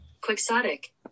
Quixotic